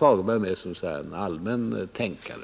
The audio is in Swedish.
var med som ”allmän tänkare”.